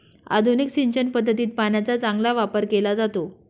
आधुनिक सिंचन पद्धतीत पाण्याचा चांगला वापर केला जातो